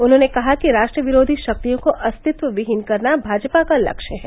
उन्होंने कहा कि राष्ट्रविरोधी शक्तियों को अस्तित्वविहीन करना भाजपा का लक्ष्य है